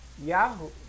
Yahoo